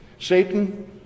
Satan